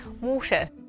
water